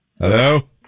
Hello